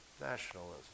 nationalism